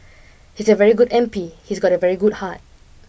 he's a very good M P he's got a very good heart